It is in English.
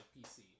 PC